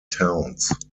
towns